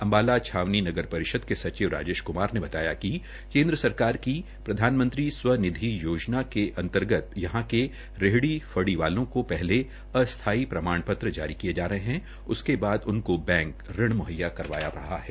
अम्बाला छावनी नगर परिषद के सचिव राजेश कुमार ने बताया कि केन्द्र सरकार की पीएम स्वनिधि योजना के अंतर्गत यहां के रेहड़ी फड़ी वालों को पहले अस्थायी प्रमाणपत्र के जारी किए जा रहे हैं उसके बाद उनको बैंक ऋण मुहैया करवाया जा रहा है